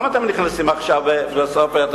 למה אתם נכנסים עכשיו בסוף?